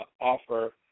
offer